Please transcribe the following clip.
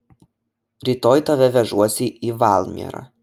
rytoj tave vežuosi į valmierą